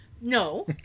No